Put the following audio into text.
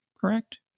correct